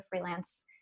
freelance